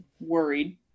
worried